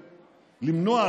למנוע,